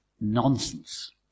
nonsense